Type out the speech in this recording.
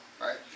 right